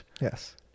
Yes